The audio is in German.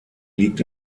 liegt